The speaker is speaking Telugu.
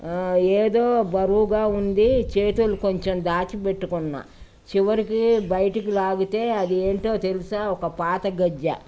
ఏదో బరువుగా ఉంది చేతులు కొంచెం దాచిపెట్టుకున్న చివరికి బయటికి లాగితే అది ఏంటో తెలుసా ఒక పాత గజ్జె